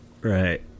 Right